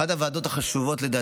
אחת הוועדות החשובות ביותר,